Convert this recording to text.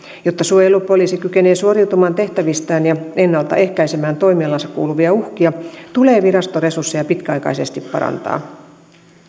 jotta suojelupoliisi kykenee suoriutumaan tehtävistään ja ennalta ehkäisemään toimialaansa kuuluvia uhkia tulee virastoresursseja pitkäaikaisesti parantaa